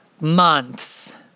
months